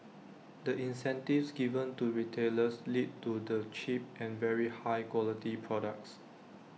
the incentives given to retailers lead to the cheap and very high quality products